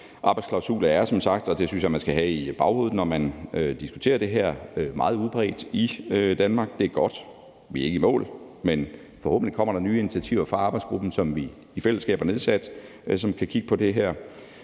Arbejdsklausuler er som sagt – og det synes jeg man skal have i baghovedet, når man diskuterer det her – meget udbredte i Danmark. Det er godt. Vi er ikke i mål, men forhåbentlig kommer der nye initiativer fra arbejdsgruppen, som vi i fællesskab har nedsat, og som kan kigge på det her.